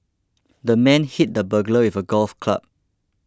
the man hit the burglar with a golf club